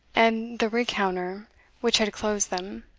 and the rencontre which had closed them,